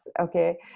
okay